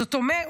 זאת אומרת,